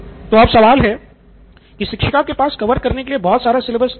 तो अब सवाल है की शिक्षिका के पास कवर करने के लिए बहुत सारा सिलेबस क्यों हैं